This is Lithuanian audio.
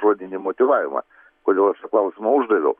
žodinį motyvavimą kodėl aš šitą klausimą uždaviau